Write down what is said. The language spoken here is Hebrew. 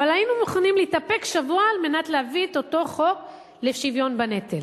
אבל היינו מוכנים להתאפק שבוע על מנת להביא את אותו חוק לשוויון בנטל.